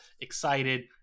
excited